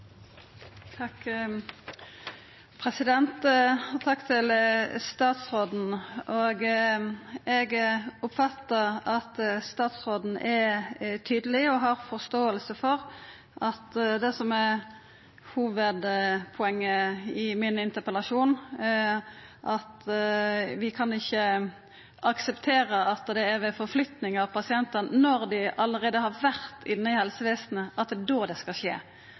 Takk til statsråden. Eg oppfattar at statsråden er tydeleg og har forståing for det som er hovudpoenget i interpellasjonen min, at vi ikkje kan akseptera at det er ved flytting av pasientar dette skjer, når dei allereie har vore inne i helsestellet. Eg kan akseptera og forstår veldig godt at førebygging av sjølvmord er komplekst og gjeld mange område, og det er